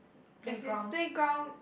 as in playground